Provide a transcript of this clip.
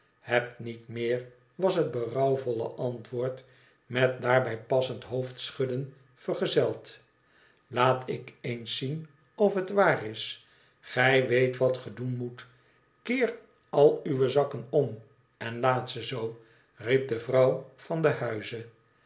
iheb niet meer was het berouwvolle antwoord met daarbij passend hoofdschudden vergezeld laat ik eens zien of het waar is gij weet wat ge doen moet keer al uwe sakken om en laat ze zoo riep de vrouw van den huize